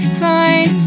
fine